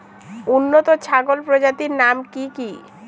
উন্নত ছাগল প্রজাতির নাম কি কি?